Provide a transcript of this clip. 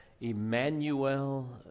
Emmanuel